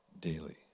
daily